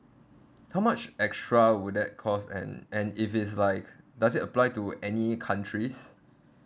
how much extra would that cost and and if its like does it apply to any countries